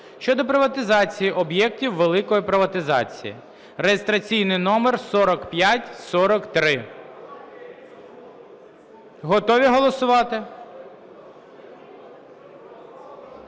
щодо приватизації об'єктів великої приватизації (реєстраційний номер 4543). Готові голосувати?